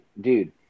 dude